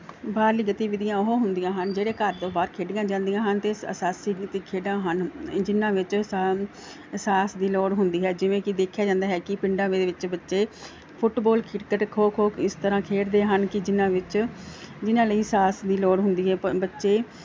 ਬਾਹਰਲੀ ਗਤੀ ਵਿਧੀਆਂ ਉਹ ਹੁੰਦੀਆਂ ਹਨ ਜਿਹੜੇ ਘਰ ਤੋਂ ਬਾਹਰ ਖੇਡੀਆਂ ਜਾਂਦੀਆਂ ਹਨ ਅਤੇ ਖੇਡਾਂ ਹਨ ਜਿਹਨਾਂ ਵਿੱਚ ਸਾਹ ਸਾਹਸ ਦੀ ਲੋੜ ਹੁੰਦੀ ਹੈ ਜਿਵੇਂ ਕਿ ਦੇਖਿਆ ਜਾਂਦਾ ਹੈ ਕਿ ਪਿੰਡਾਂ ਦੇ ਵਿੱਚ ਬੱਚੇ ਫੁੱਟਬਾਲ ਕ੍ਰਿਕਟ ਖੋ ਖੋ ਇਸ ਤਰ੍ਹਾਂ ਖੇਡਦੇ ਹਨ ਕਿ ਜਿਹਨਾਂ ਵਿੱਚ ਜਿਹਨਾਂ ਲਈ ਸਾਹਸ ਵੀ ਲੋੜ ਹੁੰਦੀ ਹੈ ਬ ਬੱਚੇ